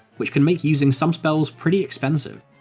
which can make using some spells pretty expensive.